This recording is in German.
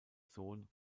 sohn